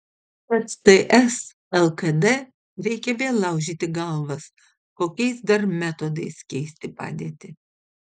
tad ts lkd reikia vėl laužyti galvas kokiais dar metodais keisti padėtį